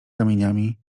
kamieniami